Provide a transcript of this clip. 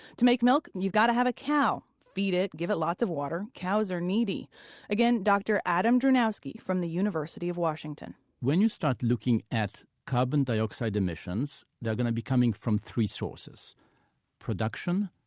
to make milk, you've got to have a cow feed it, give it lots of water. cows are needy again, dr. adam drewnowski from the university of washington when you start looking at carbon dioxide emissions, they're going to be coming from three sources production,